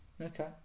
okay